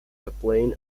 chaplain